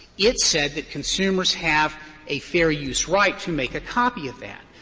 it said that consumers have a fair use right to make a copy of that.